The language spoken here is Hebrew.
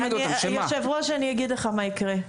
אדוני היושב ראש, אני אגיד לך מה יקרה.